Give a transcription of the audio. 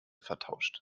vertauscht